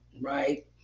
Right